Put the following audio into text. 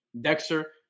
Dexter